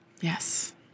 Yes